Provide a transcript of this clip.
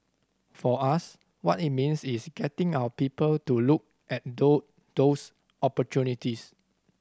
for us what it means is getting our people to look at those those opportunities